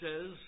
says